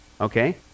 Okay